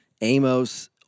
Amos